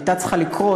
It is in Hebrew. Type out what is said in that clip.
היא הייתה צריכה לקרות,